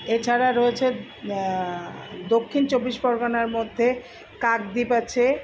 এছাড়া রয়েছে দক্ষিণ চব্বিশ পরগনার মধ্যে কাকদ্বীপ আছে